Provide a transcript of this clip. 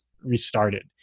restarted